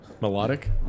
Melodic